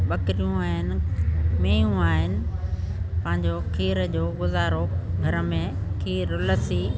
ॿकिरियूं आहिनि मेंहूं आहिनि पंहिंजो खीर जो गुज़ारो घर में खीर लस्सी